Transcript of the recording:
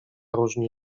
różni